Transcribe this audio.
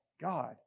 god